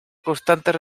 constantes